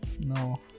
No